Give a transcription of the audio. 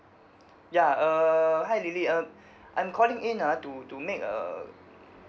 ya err hi lily uh I'm calling in ah to to make err